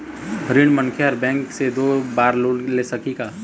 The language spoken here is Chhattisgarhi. ऋणी मनखे हर बैंक से दो बार लोन ले सकही का?